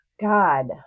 God